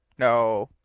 no.